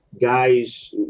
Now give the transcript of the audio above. guys